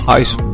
ice